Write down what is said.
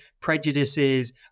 prejudices